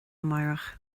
amárach